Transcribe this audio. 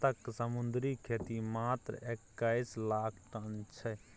भारतक समुद्री खेती मात्र एक्कैस लाख टन छै